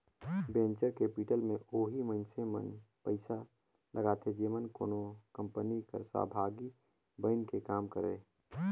venture capital में ओही मइनसे मन पइसा लगाथें जेमन कोनो कंपनी कर सहभागी बइन के काम करें